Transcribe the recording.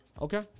Okay